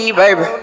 baby